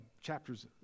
chapters